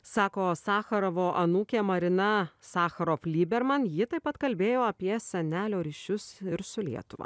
sako sacharovo anūkė marina sacharov lyberman ji taip pat kalbėjo apie senelio ryšius ir su lietuva